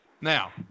Now